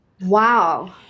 Wow